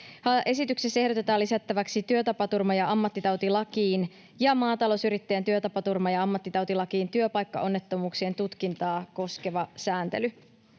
Esityksessä ehdotetaan lisättäväksi työtapaturma- ja ammattitautilakiin ja maatalousyrittäjän työtapaturma- ja ammattitautilakiin työpaikkaonnettomuuksien tutkintaa koskeva sääntely.